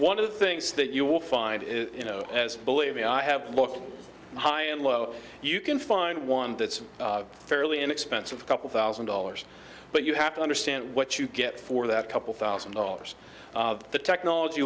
one of the things that you will find is you know as believe me i have looked high and low you can find one that's fairly inexpensive couple thousand dollars but you have to understand what you get for that couple thousand dollars the technology